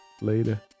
later